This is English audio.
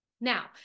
Now